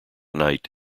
night